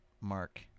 Mark